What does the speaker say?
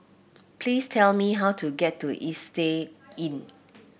please tell me how to get to Istay Inn